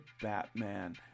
Batman